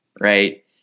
right